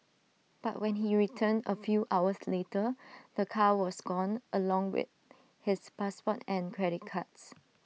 but when he returned A few hours later the car was gone along with his passport and credit cards